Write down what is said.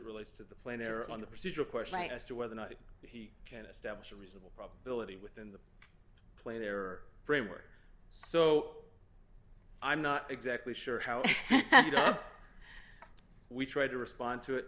relates to the plane or on the procedural question like as to whether or not he can establish a reasonable probability within the plane there are framework so i'm not exactly sure how we tried to respond to it